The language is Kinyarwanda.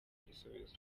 igisubizo